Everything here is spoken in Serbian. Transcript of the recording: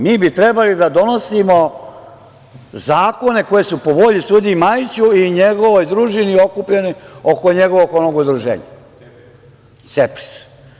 Mi bi trebali da donosimo zakone koji su po volji sudiji Majiću i njegovoj družini okupljenoj oko njegovog udruženja CEPRIS.